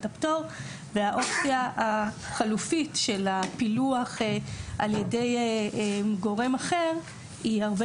הפטור והאופציה החלופית של הפילוח על ידי גורם אחר היא הרבה